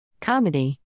Comedy